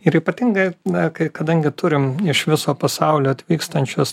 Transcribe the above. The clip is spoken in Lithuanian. ir ypatingai na kai kadangi turim iš viso pasaulio atvykstančius